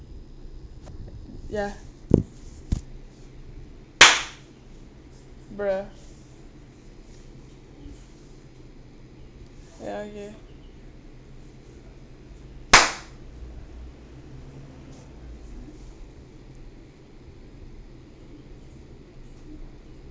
ya br~ ya okay